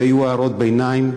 ויהיו הערות ביניים,